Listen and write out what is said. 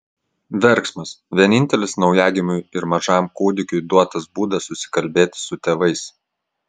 verksmas vienintelis naujagimiui ir mažam kūdikiui duotas būdas susikalbėti su tėvais